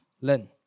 learn